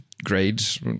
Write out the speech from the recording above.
Grades